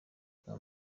bwa